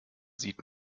sieht